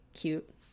cute